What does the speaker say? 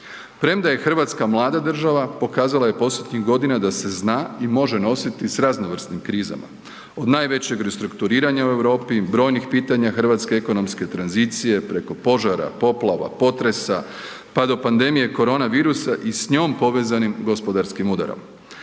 Premda je RH mlada država pokazala je posljednjih godina da se zna i može nositi s raznovrsnim krizama, od najvećeg restrukturiranja u Europi, brojnih pitanje hrvatske ekonomske tranzicije preko požara, poplava, potresa, pa do pandemije korona virusa i s njom povezanim gospodarskim udarom.